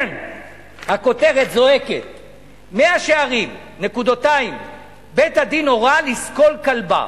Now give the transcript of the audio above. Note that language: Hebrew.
הכותרת זועקת: "מאה-שערים: בית-הדין הורה לסקול כלבה"